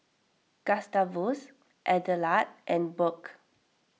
Gustavus Adelard and Burke